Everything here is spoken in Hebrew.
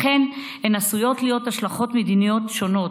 לכך עשויות להיות השלכות מדיניות שונות,